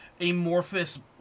amorphous